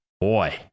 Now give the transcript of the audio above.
Boy